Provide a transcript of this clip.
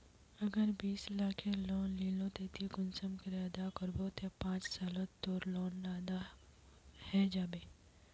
अगर बीस लाखेर लोन लिलो ते ती कुंसम करे अदा करबो ते पाँच सालोत तोर लोन डा अदा है जाबे?